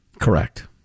Correct